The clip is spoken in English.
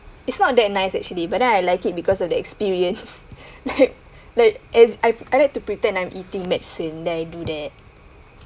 it's not that nice actually but then I like it because of the experiences like like I I like to pretend I'm eating medicine then I do that